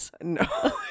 No